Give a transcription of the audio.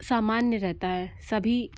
सामान्य रहता है सभी